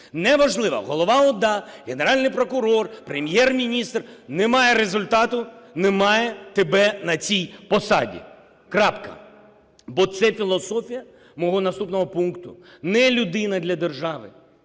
неважливо, голова ОДА, Генеральний прокурор, Прем'єр-міністр. Немає результату – немає тебе на цій посаді. Крапка. Бо це філософія мого наступного пункту – не людина для держави,